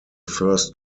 first